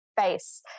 face